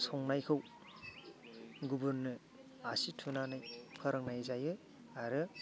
संनायखौ गुबुननो आसि थुनानै फोरोंनाय जायो आरो